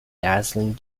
dazzling